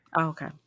Okay